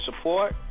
support